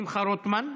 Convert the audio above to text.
שמחה רוטמן,